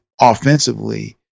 offensively